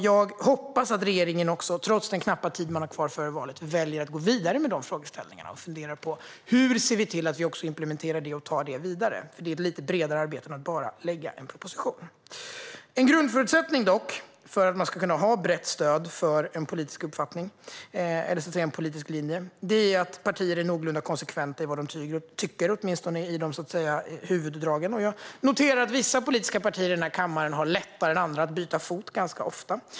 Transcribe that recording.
Jag hoppas att regeringen, trots den knappa tid som är kvar före valet, väljer att gå vidare med frågorna och funderar över hur vi implementerar frågorna och tar dem vidare. Det är ett bredare arbete än att bara lägga fram en proposition. En grundförutsättning för att ha ett brett stöd för en politisk linje är att partier är någorlunda konsekventa i vad de tycker, åtminstone i huvuddragen. Jag noterar att vissa politiska partier i kammaren har lättare än andra att byta fot ofta.